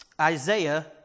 Isaiah